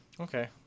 Okay